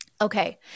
Okay